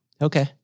Okay